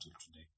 today